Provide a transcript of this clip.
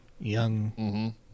young